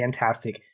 fantastic